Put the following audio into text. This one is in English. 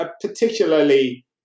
particularly